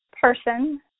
person